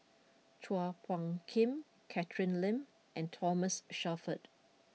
Chua Phung Kim Catherine Lim and Thomas Shelford